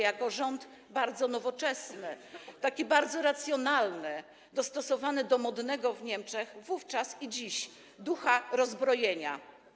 jako rząd bardzo nowoczesny, taki bardzo racjonalny, dostosowany do modnego w Niemczech, wówczas i dziś, ducha rozbrojenia.